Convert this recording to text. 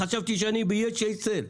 חשבתי שאני באיי סיישל.